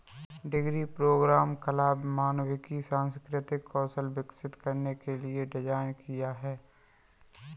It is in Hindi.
डिग्री प्रोग्राम कला, मानविकी, सांस्कृतिक कौशल विकसित करने के लिए डिज़ाइन किया है